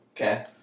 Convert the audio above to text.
Okay